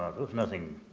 was nothing,